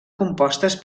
compostes